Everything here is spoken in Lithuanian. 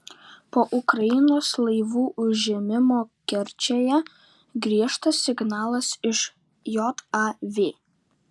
po ukrainos laivų užėmimo kerčėje griežtas signalas iš jav